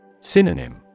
Synonym